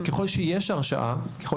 ככל שיש הרשעה,